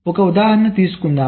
ఒక ఉదాహరణ తీసుకుందాం